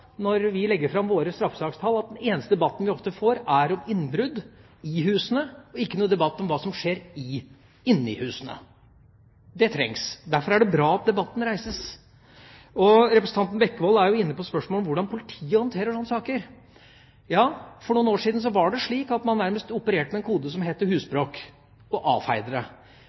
om innbrudd i husene – ikke om hva som skjer inni husene. Det trengs. Derfor er det bra at debatten reises. Representanten Bekkevold var inne på spørsmålet om hvordan politiet håndterer slike saker. For noen år siden var det slik at man nærmest opererte med en kode som het husbråk, og